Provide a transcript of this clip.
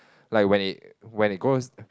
like when it when it goes